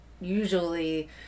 usually